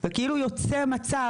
וכאילו יוצא מצב,